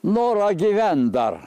norą gyvent dar